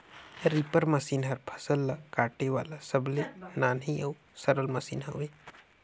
reaper machine हर फसल ल काटे वाला सबले नान्ही अउ सरल मसीन हवे